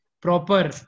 proper